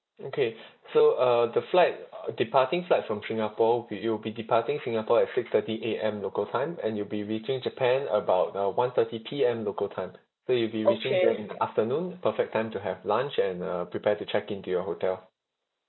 okay so uh the flight uh departing flight from singapore wi~ it will be departing singapore at six thirty A_M local time and you'll be reaching japan about uh one thirty P_M local time so you'll be reaching in afternoon perfect time to have lunch and uh prepare to check in into your hotel